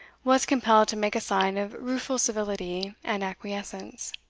was compelled to make a sign of rueful civility and acquiescence